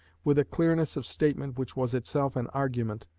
with a clearness of statement which was itself an argument,